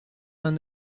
vingt